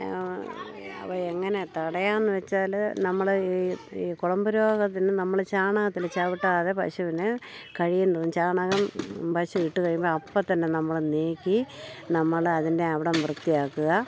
അവ എങ്ങനെ തടയാമെന്ന് വച്ചാൽ നമ്മൾ ഈ ഈ കുളമ്പു രോഗത്തിന് നമ്മൾ ചാണകത്തിൽ ചവിട്ടാതെ പശുവിനെ കഴിയുന്നതും ചാണകം പശു ഇട്ട് കഴിയുമ്പോൾ അപ്പം തന്നെ നമ്മൾ നീക്കി നമ്മൾ അതിൻ്റെ അവിടെ വൃത്തിയാക്കുക